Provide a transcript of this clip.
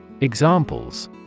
Examples